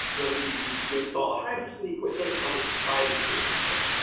you know you you install a high-efficiency equipment but that's tried and true. so